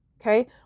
Okay